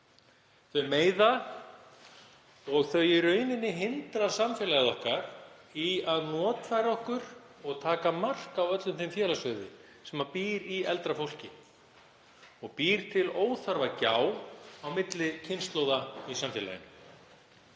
Þau meiða og hindra í rauninni samfélag okkar í að notfæra sér og taka mark á öllum þeim félagsauði sem býr í eldra fólki, og búa til óþarfa gjá á milli kynslóða í samfélaginu.